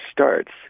starts